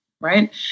right